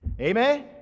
Amen